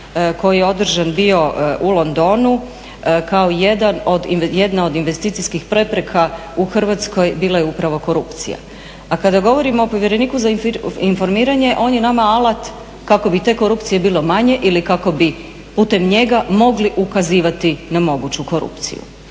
koji je održan bio u Londonu kao jedna od investicijskih prepreka u Hrvatskoj bila je upravo korupcija. A kada govorimo o povjereniku za informiranje ona je nama alat kako bi te korupcije bilo manje ili kako bi putem njega mogli ukazivati na moguću korupciju.